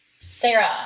Sarah